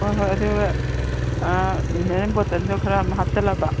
ꯍꯣꯏ ꯍꯣꯏ ꯑꯗꯨꯒ ꯑꯥ ꯃꯤꯅꯔꯦꯜ ꯕꯣꯇꯜꯗꯨ ꯈꯔ ꯍꯥꯞꯆꯤꯜꯂꯕ